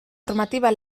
normativa